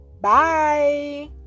bye